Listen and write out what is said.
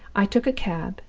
i took a cab,